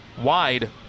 wide